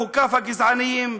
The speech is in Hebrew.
בחוקיו הגזעניים,